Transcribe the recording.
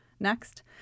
Next